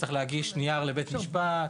וצריך להגיש נייר לבית המשפט.